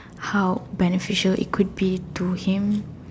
how beneficial it could be to him